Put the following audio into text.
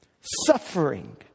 Suffering